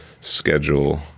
schedule